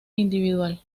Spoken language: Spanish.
individual